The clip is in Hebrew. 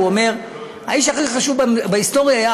אומר: האיש הכי חשוב בהיסטוריה היה,